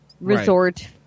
resort